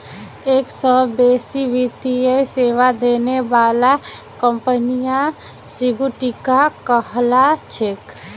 एक स बेसी वित्तीय सेवा देने बाला कंपनियां संगुटिका कहला छेक